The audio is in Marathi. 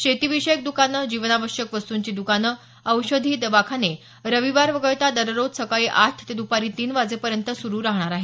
शेती विषयक द्कानं जीवनावश्यक वस्तुंची द्कानं औषधी दवाखाने रविवार वगळता दररोज सकाळी आठ ते द्पारी तीन वाजेपर्यंत सुरु राहणार आहेत